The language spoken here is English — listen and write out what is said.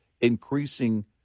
increasing